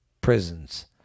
prisons